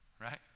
right